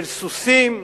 של סוסים,